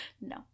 No